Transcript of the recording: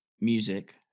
music